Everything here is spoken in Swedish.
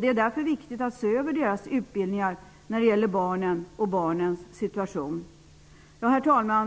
Det är därför viktigt att se över deras utbildningar när det gäller barnen och barnens situation. Herr talman!